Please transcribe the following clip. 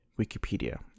Wikipedia